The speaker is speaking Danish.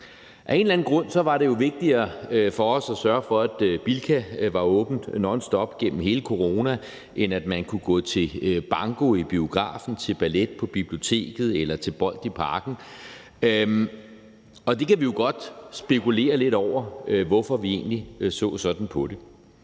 Af en eller anden grund var det jo vigtigere for os at sørge for, at Bilka var åben nonstop gennem hele corona, end at man kunne gå til banko i biografen, til ballet på biblioteket eller til bold i Parken. Og der kan vi jo godt spekulere lidt over, hvorfor vi egentlig så sådan på det.